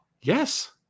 Yes